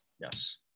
yes